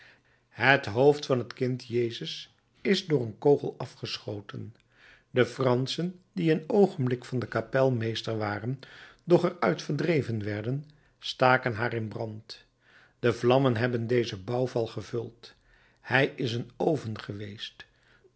het hoofd van het kind jezus is door een kogel afgeschoten de franschen die een oogenblik van de kapel meester waren doch er uit verdreven werden staken haar in brand de vlammen hebben dezen bouwval gevuld hij is een oven geweest